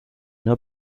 nur